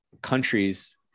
countries